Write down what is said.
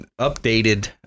updated